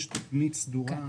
יש תוכנית סדורה?